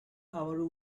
our